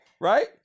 Right